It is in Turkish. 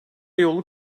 yolu